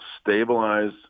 stabilize